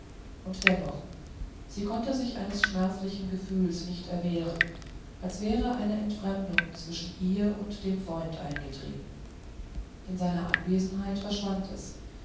und dennoch sie konnte sich eines schmerzlichen gefühls nicht erwehren als wäre eine entfremdung zwischen ihr und dem freund eingetreten in seiner anwesenheit verschwand es